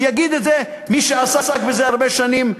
ויגיד את זה מי שעסק בזה הרבה שנים,